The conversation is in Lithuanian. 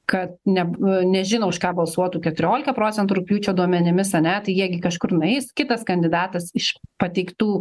kad ne nežino už ką balsuotų keturiolika procentų rugpjūčio duomenimis ane tai jie gi kažkur nueis kitas kandidatas iš pateiktų